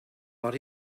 but